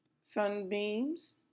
Sunbeams